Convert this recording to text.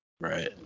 Right